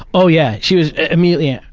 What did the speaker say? oh, yeah, she was immediately, yeah